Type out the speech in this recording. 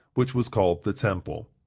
which was called the temple.